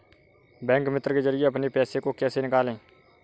Bank मित्र के जरिए अपने पैसे को कैसे निकालें?